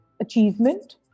achievement